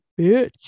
bitch